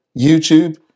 YouTube